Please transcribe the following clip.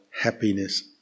happiness